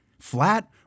Flat